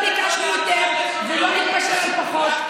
לא ביקשנו יותר ולא ביקשנו פחות,